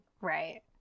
right